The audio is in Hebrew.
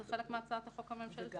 זה חלק מהצעת החוק הממשלתית.